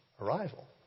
arrival